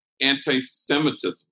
anti-Semitism